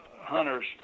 hunters